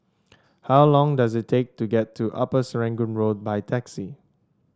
how long does it take to get to Upper Serangoon Road by taxi